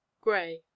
Gray